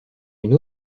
une